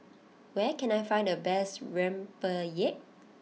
where can I find the best Rempeyek